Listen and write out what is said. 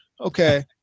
Okay